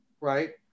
right